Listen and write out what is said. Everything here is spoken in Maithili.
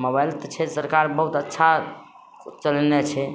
मोबाइल तऽ छै सरकार बहुत अच्छा चलेने छै